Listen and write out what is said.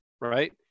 right